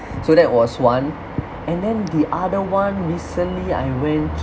so that was one and then the other one recently I went